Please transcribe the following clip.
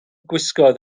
gwisgoedd